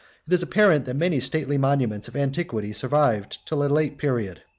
it is apparent, that many stately monuments of antiquity survived till a late period,